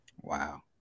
Wow